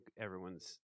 everyone's